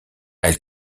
elle